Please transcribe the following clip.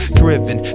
driven